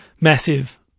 massive